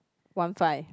one five